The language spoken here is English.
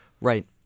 Right